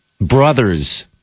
Brothers